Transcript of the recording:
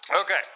Okay